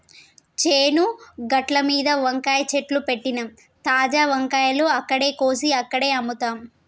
చేను గట్లమీద వంకాయ చెట్లు పెట్టినమ్, తాజా వంకాయలు అక్కడే కోసి అక్కడే అమ్ముతాం